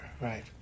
right